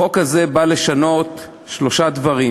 החוק הזה בא לשנות שלושה דברים: